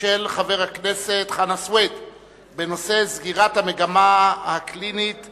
של חבר הכנסת חנא סוייד בנושא: סגירת המגמה הקלינית-חינוכית